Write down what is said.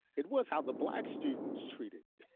it was how the black students treated.